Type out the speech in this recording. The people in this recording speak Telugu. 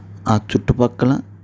ఆ చుట్టుపక్కల